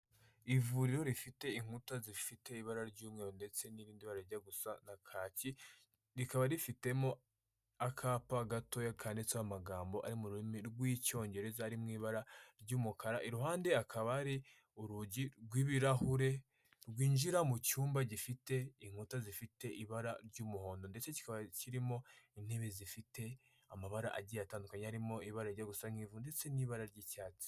Ivuriro rifite inkuta zifite ibara ry'umweru ndetse n'irindi bara rijya gusa na kacyi, rikaba rifitemo akapa gatoya kanditseho amagambo ari mu rurimi rw'icyongereza, ari mu ibara ry'umukara, iruhande hakaba hari urugi rw'ibirahure rwinjira mu cyumba gifite inkuta zifite ibara ry'umuhondo ndetse kikaba kirimo intebe zifite amabara agiye atandukanye harimo ibara rijya gusa n'ivu ndetse n'ibara ry'icyatsi.